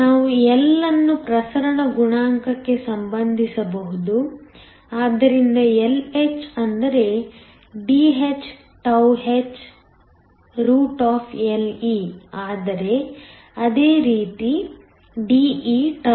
ನಾವು L ಅನ್ನು ಪ್ರಸರಣ ಗುಣಾಂಕಕ್ಕೆ ಸಂಬಂಧಿಸಬಹುದು ಆದ್ದರಿಂದ Lh ಅಂದರೆ Dh hLe ಆದರೆ ಅದೇ ರೀತಿ De e